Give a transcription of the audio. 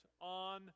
on